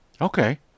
Okay